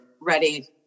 ready